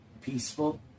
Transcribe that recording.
peaceful